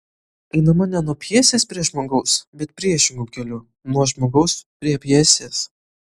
einama ne nuo pjesės prie žmogaus bet priešingu keliu nuo žmogaus prie pjesės